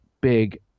big